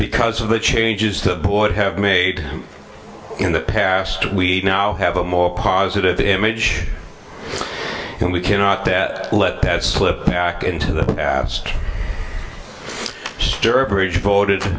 because of the changes the board have made in the past we now have a more positive image and we cannot that let that slip yack into the past sturbridge voted